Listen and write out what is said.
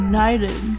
United